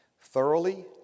thoroughly